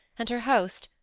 and her host,